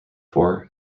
four